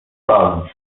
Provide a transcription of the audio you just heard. bawi